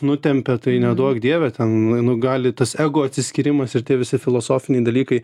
nutempia tai neduok dieve ten nu gali tas ego atsiskyrimas ir tie visi filosofiniai dalykai